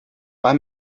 bei